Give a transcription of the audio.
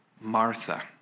Martha